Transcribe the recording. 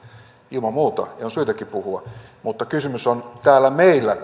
ilman muuta saa ja on syytäkin puhua mutta kysymys on täällä meillä